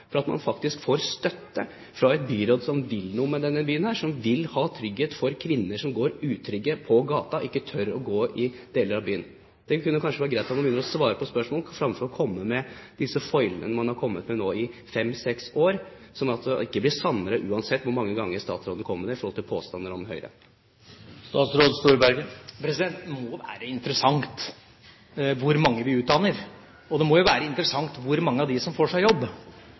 for at man får støtte fra et byråd som vil noe med denne byen, som vil ha trygghet for kvinner som går utrygge på gata og ikke tør å gå i deler av byen. Det kunne kanskje være greit om han begynner å svare på spørsmål fremfor å komme med disse foilene man har kommet med nå i fem–seks år. Uansett hvor mange ganger statsråden kommer med påstander om Høyre, blir det ikke sannere. Det må være interessant hvor mange vi utdanner. Det må jo være interessant hvor mange av dem som får seg jobb